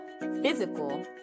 physical